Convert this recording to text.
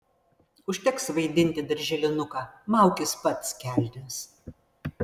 užteks vaidinti darželinuką maukis pats kelnes